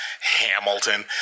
Hamilton